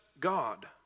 god